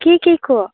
के केको